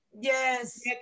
Yes